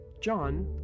John